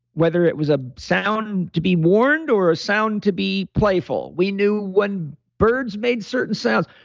whether it was a sound to be warned or a sound to be playful. we knew when birds made certain sounds,